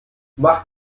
mach